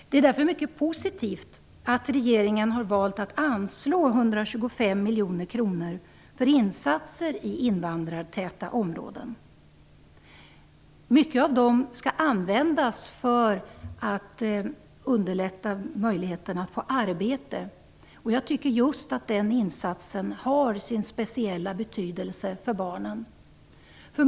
Det är därför mycket positivt att regeringen har valt att anslå 125 miljoner kronor för insatser i invandrartäta områden. Mycket av de pengarna skall användas till att underlätta möjligheten att få arbete. Jag tycker att just den insatsen har sin speciella betydelse för barnen.